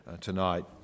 tonight